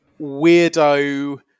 weirdo